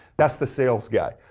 that's the sales guy.